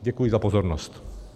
Děkuji za pozornost.